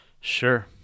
Sure